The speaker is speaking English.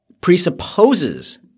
presupposes